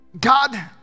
God